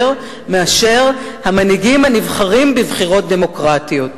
יותר מאשר המנהיגים הנבחרים בבחירות דמוקרטיות.